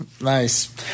Nice